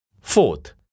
Fourth